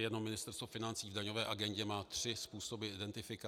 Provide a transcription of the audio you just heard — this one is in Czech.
Jenom Ministerstvo financí v daňové agendě má tři způsoby identifikace.